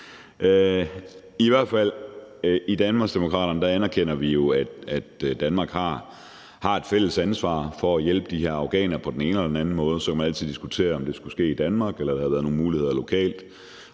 vi i Danmarksdemokraterne, at vi i Danmark har et fælles ansvar for at hjælpe de her afghanere på den ene eller den anden måde. Så kan man altid diskutere, om det skulle ske i Danmark, eller om der havde været nogle muligheder lokalt,